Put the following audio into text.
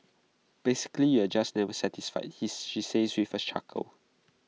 basically you're just never satisfied he she says with A chuckle